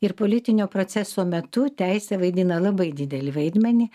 ir politinio proceso metu teisė vaidina labai didelį vaidmenį